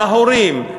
להורים,